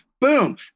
Boom